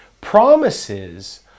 Promises